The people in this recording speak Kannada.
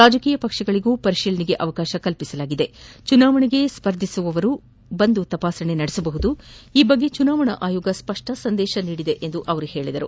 ರಾಜಕೀಯ ಪಕ್ಷಗಳಿಗೂ ಪರಿಶೀಲನೆಗೆ ಅವಕಾಶ ನೀಡಲಾಗಿದೆ ಚುನಾವಣೆಗೆ ಸ್ಪರ್ಧಿಸುವವರು ಬಂದು ತಪಾಸಣೆ ನಡೆಸಬಹುದು ಈ ಕುರಿತಂತೆ ಚುನಾವಣಾ ಆಯೋಗ ಸ್ಪಷ್ಟ ಸಂದೇಶ ನೀಡಿದೆ ಎಂದು ತಿಳಿಸಿದರು